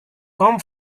come